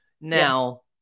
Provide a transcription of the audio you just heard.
Now